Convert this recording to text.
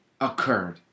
occurred